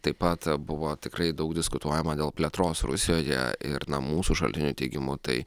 taip pat buvo tikrai daug diskutuojama dėl plėtros rusijoje ir na mūsų šaltinių teigimu tai